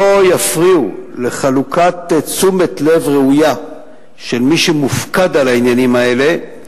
לא יפריעו לחלוקת תשומת לב ראויה של מי שמופקד על העניינים האלה,